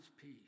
peace